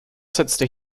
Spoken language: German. setzte